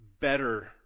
better